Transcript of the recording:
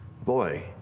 Boy